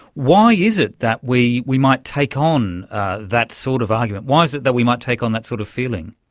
why is it that we we might take on that sort of argument? why is it that we might take on that sort of feeling?